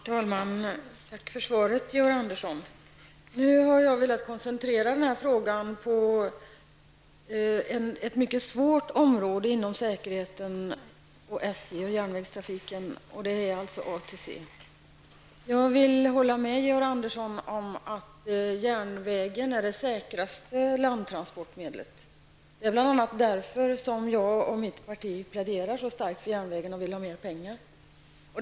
Herr talman! Tack för svaret, Georg Andersson. Jag har velat koncentrera den här frågan på ett mycket svårt område inom säkerheten i järnvägstrafiken, nämligen ATC. Jag håller med Georg Andersson om att järnvägen är det säkraste landtransportmedlet. Det är bl.a. därför som jag och mitt parti pläderar så starkt för järnvägen och vill ha mer pengar till den.